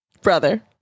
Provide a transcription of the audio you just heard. Brother